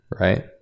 right